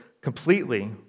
...completely